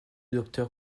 docteur